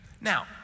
Now